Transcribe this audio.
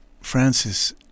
Francis